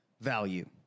value